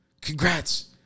congrats